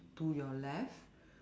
to your left